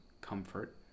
comfort